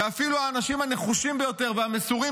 ואפילו האנשים הנחושים ביותר והמסורים